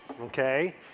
Okay